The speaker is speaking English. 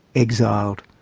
exiled,